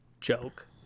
joke